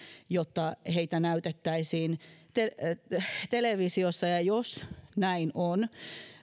jotta heitä näytettäisiin televisiossa jos näin on